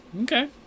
okay